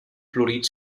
florit